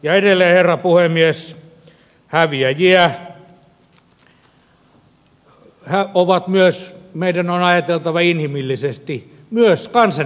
ja edelleen herra puhemies häviäjiä ovat meidän on ajateltava inhimillisesti myös kansanedustajat